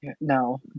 no